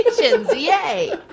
yay